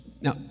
Now